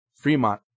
Fremont